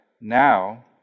now